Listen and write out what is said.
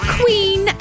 queen